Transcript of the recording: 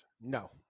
No